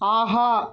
ஆஹா